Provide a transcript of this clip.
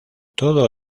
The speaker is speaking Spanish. todo